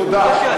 תודה.